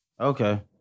Okay